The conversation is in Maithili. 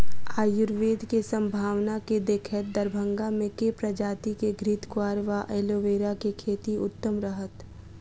आयुर्वेद केँ सम्भावना केँ देखैत दरभंगा मे केँ प्रजाति केँ घृतक्वाइर वा एलोवेरा केँ खेती उत्तम रहत?